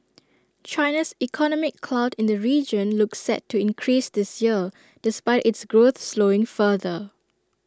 China's economic clout in the region looks set to increase this year despite its growth slowing further